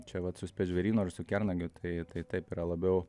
čia vat su spec žvėrynu ar su kernagiu tai tai taip yra labiau